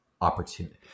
opportunity